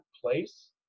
place